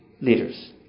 leaders